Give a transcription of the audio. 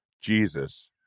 Jesus